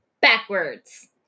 Backwards